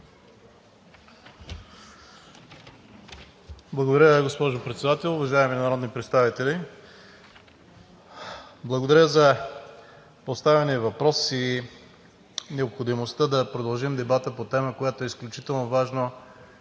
Благодаря, госпожо Председател. Уважаеми народни представители! Благодаря за поставения въпрос и необходимостта да продължим дебата по тема, която е изключително важна